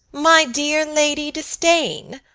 my dear lady disdain,